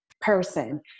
person